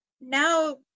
Now